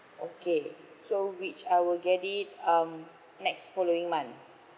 okay so which I will get it um next following month